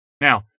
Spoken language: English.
Now